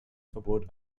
verbot